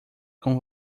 com